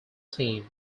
team